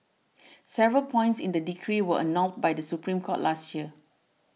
several points in the decree were annulled by the Supreme Court last year